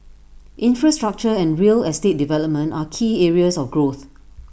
infrastructure and real estate development are key areas of growth